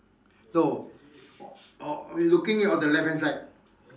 no oh we looking on the left hand side